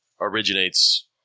originates